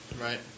Right